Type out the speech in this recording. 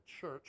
church